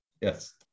Yes